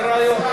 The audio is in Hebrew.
זה רעיון.